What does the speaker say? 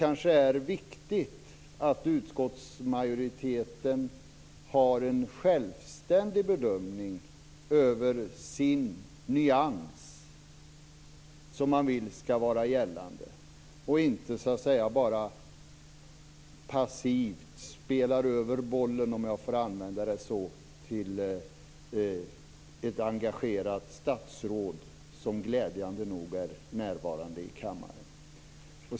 Kanske är det viktigt att utskottsmajoriteten har en självständig bedömning över sin nyans som man vill skall vara gällande och inte så att säga bara passivt spelar över bollen till ett engagerat statsråd, som glädjande nog är närvarande i kammaren.